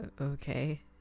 Okay